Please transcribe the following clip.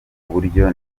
buryo